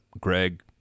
Greg